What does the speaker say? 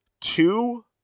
two